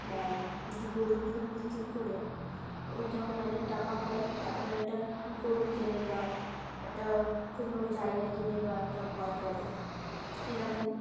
আর গরুর দুধ বিক্রি করে যখন অনেক টাকা হয় তখন একটা গরু কেনে বা একটা কোনো জায়গা কিনে বা একটা ঘর করে এরকম